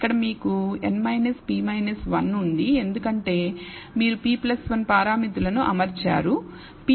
ఇక్కడ మీకు n p 1 ఉంది ఎందుకంటే మీరు p 1 పారామితులను అమర్చారు